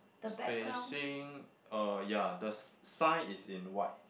spacing uh ya the s~ sign is in white